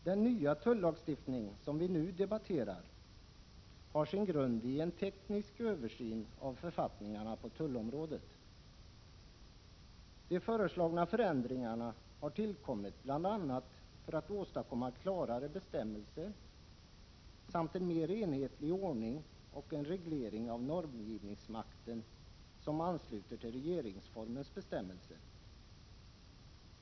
Den nya tullagstiftningen, som vi nu debatterar, har sin grund i en teknisk översyn av författningarna på tullområdet. De föreslagna förändringarna har tillkommit bl.a. för att åstadkomma klarare bestämmelser samt en mer enhetlig ordning och en reglering av normgivningsmakten, som ansluter till regeringsformens bestämmelser.